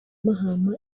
mahama